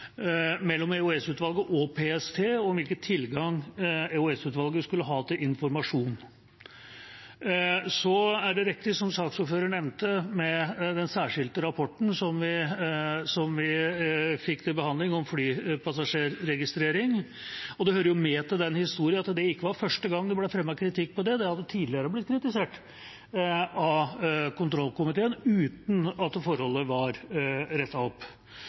mellom EOS-utvalget og PST om hvilken tilgang EOS-utvalget skulle ha til informasjon. Det som saksordføreren nevnte om den særskilte rapporten om registrering av flypassasjerer, som vi fikk til behandling, er riktig. Det hører med til den historien at det ikke var første gang det ble fremmet kritikk mot det, det hadde tidligere blitt kritisert av kontrollkomiteen uten at forholdet var rettet opp.